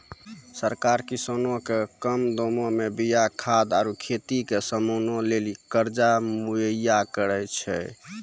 सरकार किसानो के कम दामो मे बीया खाद आरु खेती के समानो लेली कर्जा मुहैय्या करै छै